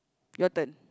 your turn